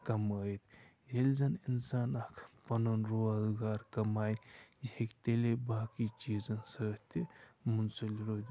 کَمٲیِتھ ییٚلہِ زن اِنسان اَکھ پنُن روزگار کَمایہِ یہِ ہٮ۪کہِ تیٚلے باقٕے چیٖزن سۭتۍ تہِ مُنسَلہِ روزِ